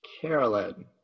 Carolyn